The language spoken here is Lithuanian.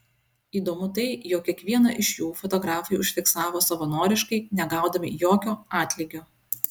įdomu tai jog kiekvieną iš jų fotografai užfiksavo savanoriškai negaudami jokio atlygio